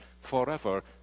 forever